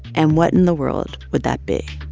and what in the world would that be?